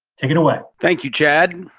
take it away. thank you, chad.